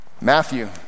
Matthew